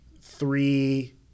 Three